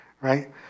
right